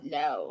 no